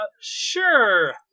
sure